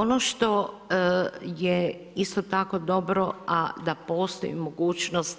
Ono što je isto tako dobro, a da postoji mogućnost